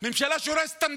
ממשלה שהורסת את המדינה.